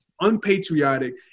unpatriotic